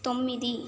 తొమ్మిది